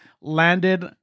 landed